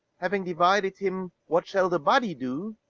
having divided him, what shall the body do?